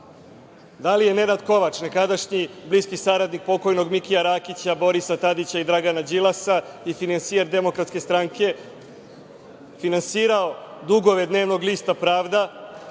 li je Nenad Kovač, nekadašnji bliski saradnik pokojnog Mikija Rakića, Borisa Tadića i Dragana Đilasa i finansijer DS finansirao dugove dnevnog lista „Pravda“